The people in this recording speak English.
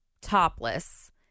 topless